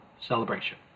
celebration